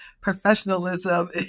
professionalism